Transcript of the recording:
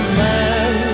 man